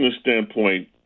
standpoint